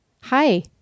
Hi